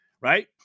right